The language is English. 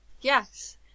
Yes